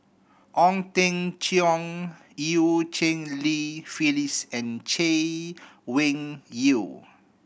Ong Teng Cheong Eu Cheng Li Phyllis and Chay Weng Yew